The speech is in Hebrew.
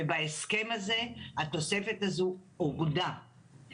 ובהסכם הזה התוספת הזו הורדה.